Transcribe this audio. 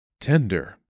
Tender